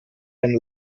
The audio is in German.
einen